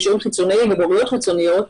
גישורים חיצוניים ובוררויות חיצוניות.